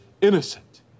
innocent